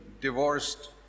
divorced